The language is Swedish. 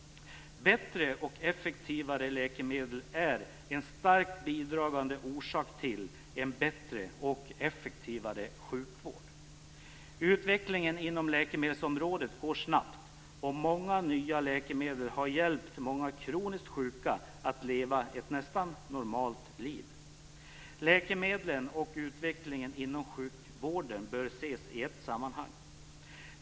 Bättre och effektivare läkemedel är en starkt bidragande orsak till en bättre och effektivare sjukvård. Utvecklingen inom läkemedelsområdet går snabbt, och många nya läkemedel har hjälpt många kroniskt sjuka att leva ett nästan normalt liv. Läkemedlen och utvecklingen inom sjukvården bör ses i ett sammanhang.